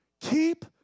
keep